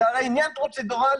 זה הרי עניין פרוצדורלי.